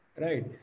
right